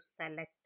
select